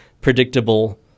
predictable